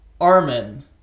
Armin